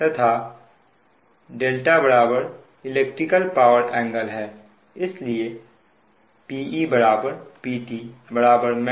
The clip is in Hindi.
तथा δ इलेक्ट्रिकल पावर एंगल है इसलिए Pe Pt Eg